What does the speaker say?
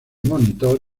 monitor